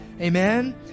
Amen